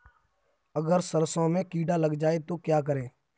अगर सरसों में कीड़ा लग जाए तो क्या करें?